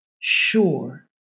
sure